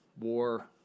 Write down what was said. war